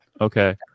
Okay